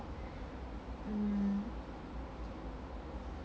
um